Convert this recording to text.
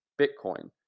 Bitcoin